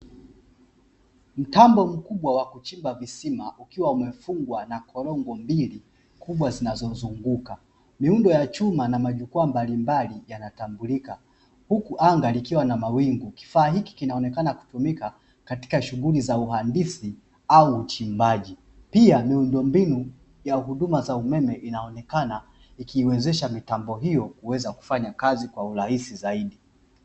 Mtambo mkubwa wa kuchimba visima, ukiwa umefungwa na korongo mbili kubwa zinazozunguka miundo ya chuma na majukwaa mbalimbali yanatambulika, huku anga likiwa na mawingu kifaa hiki kinaonekana kutumika katika shughuli za uhandisi au uchimbaji, pia miundombinu ya huduma za umeme inaonekana ikiiwezesha mitambo hiyo kuweza kufanya kazi kwa urahisi zaidi.